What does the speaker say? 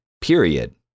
period